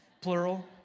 plural